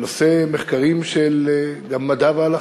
בנושא מחקרים של מדע והלכה.